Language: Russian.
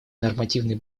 нормативной